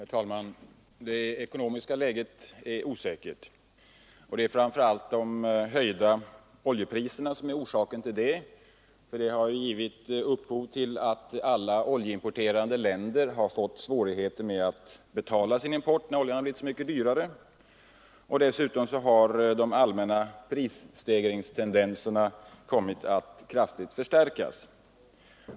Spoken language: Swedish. Herr talman! Det ekonomiska läget är osäkert, och det är framför allt de höjda oljepriserna som är orsaken till det. De prishöjningarna har givit upphov till att alla oljeimporterande länder har fått svårigheter att betala sin import, när oljan har blivit så mycket dyrare. Dessutom har de allmänna prisstegringstendenserna kommit att kraftigt förstärkas.